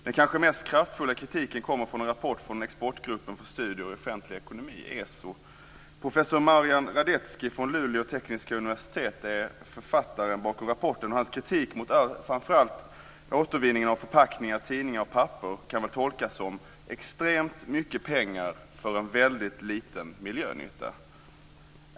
Den kanske mest kraftfulla kritiken framförs i en rapport från Exportgruppen för studier i offentlig ekonomi, ESO. Professor Marian Radetzki från Luleå tekniska universitet är författaren bakom rapporten, och hans kritik mot framför allt återvinningen av förpackningar, tidningar och papper kan väl tolkas som: Extremt mycket pengar för en väldigt liten miljönytta.